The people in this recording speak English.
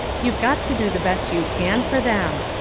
you've got to do the best you can for them.